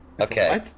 Okay